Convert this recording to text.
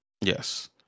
Yes